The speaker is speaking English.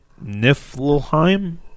Niflheim